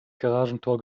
garagentor